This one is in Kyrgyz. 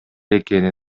экени